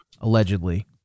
allegedly